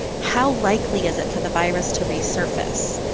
how likely is it for the virus to resurface?